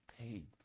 paid